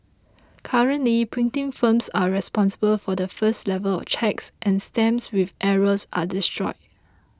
currently printing firms are responsible for the first level of checks and stamps with errors are destroyed